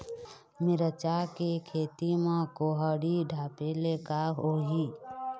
मिरचा के खेती म कुहड़ी ढापे ले का होही?